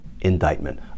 indictment